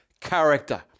character